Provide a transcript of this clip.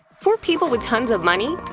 for people with tons of money,